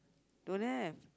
don't have